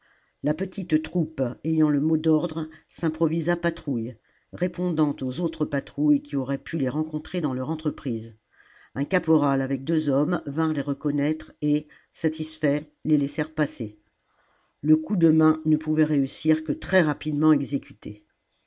la petite troupe ayant le mot d'ordre s'improvisa patrouille répondant aux autres patrouilles qui auraient pu les rencontrer dans leur entreprise un caporal avec deux hommes vinrent les reconnaître et satisfaits les laissèrent passer le coup de main ne pouvait réussir que très rapidement exécuté